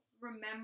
remember